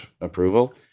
approval